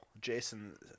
Jason